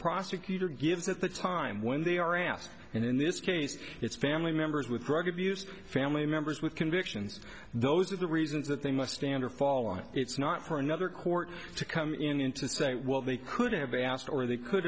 prosecutor gives at the time when they are asked and in this case it's family members with drug abuse family members with convictions those are the reasons that they must stand or fall on it's not for another court to come in and to say well they could have asked or they could